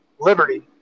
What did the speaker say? liberty